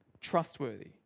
trustworthy